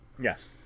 Yes